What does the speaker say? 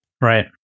Right